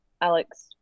Alex